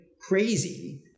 crazy